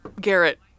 Garrett